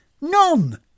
None